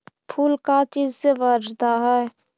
फूल का चीज से बढ़ता है?